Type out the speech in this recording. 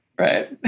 Right